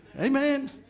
Amen